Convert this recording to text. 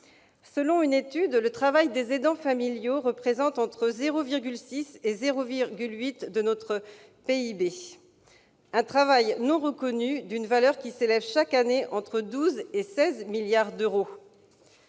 Selon une étude, le travail des aidants familiaux représente entre 0,6 % et 0,8 % de notre PIB. Il s'agit d'un travail non reconnu, dont la valeur atteint chaque année entre 12 et 16 milliards d'euros.